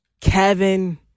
Kevin